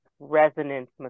resonance